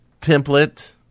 template